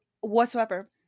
whatsoever